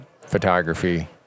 photography